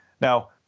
Now